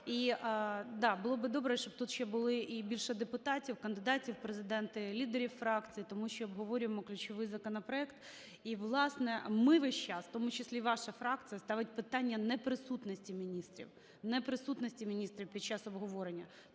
було би добре, щоб тут ще були і більше депутатів-кандидатів в Президенти, лідерів фракцій. Тому що обговорюємо ключовий законопроект. І, власне, ми весь час, в тому числі ваша фракція, ставить питання неприсутності міністрів, неприсутності міністрів під час обговорення.